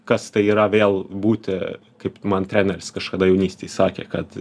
kas tai yra vėl būti kaip man treneris kažkada jaunystėj sakė kad